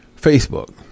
Facebook